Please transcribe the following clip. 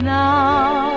now